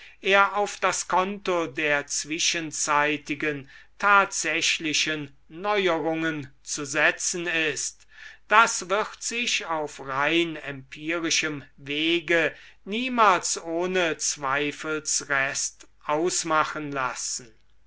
er auf das konto der zwischenzeitigen tatsächlichen neuerungen zu setzen ist das wird sich auf rein empirischem wege niemals ohne zweifelsrest ausmachen lassen